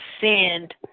send